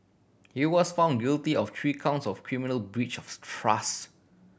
he was found guilty of three counts of criminal breach of trust